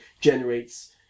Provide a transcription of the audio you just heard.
generates